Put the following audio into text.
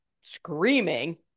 screaming